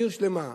עיר שלמה,